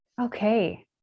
Okay